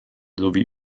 sowie